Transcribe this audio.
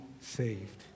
saved